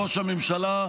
בראש הממשלה,